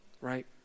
Right